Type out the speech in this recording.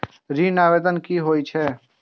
ऋण आवेदन की होय छै?